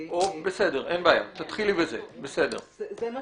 בסדר, אין בעיה.